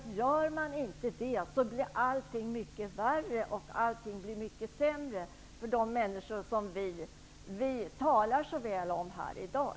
Gör man inte det blir allting mycket värre. Allt blir mycket sämre för de människor som vi talar så väl om här i dag.